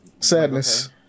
Sadness